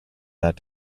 that